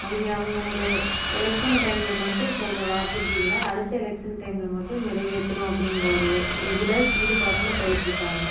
அவங்க அவங்களோடய எலக்ஷன் டைமில் மட்டும் சொல்கிற வாக்குறுதிகளை அடுத்த எலெக்ஷன் டைமில் மட்டும் நிறைவேற்றணும் அப்படிங்குற ஒரு இதில் ஈடுப்பாட்டில் போயிட்டு இருக்காங்க